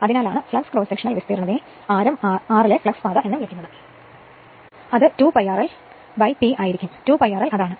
അതിനാലാണ് flux cross sectional വിസ്തീർണ്ണതയെ ആരം r ലെ ഫ്ലക്സ് പാത എന്ന് വിളിക്കുന്നത് അത് 2 π rl P ആയിരിക്കും 2 π rl അതാണ്